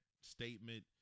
statement